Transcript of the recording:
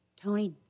Tony